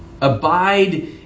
Abide